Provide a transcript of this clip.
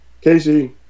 Casey –